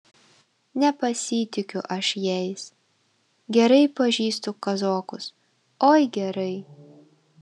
nepasitikiu aš jais gerai pažįstu kazokus oi gerai